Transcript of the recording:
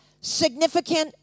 significant